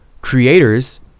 Creators